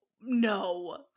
No